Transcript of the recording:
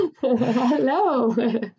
Hello